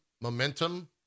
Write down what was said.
momentum